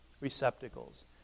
receptacles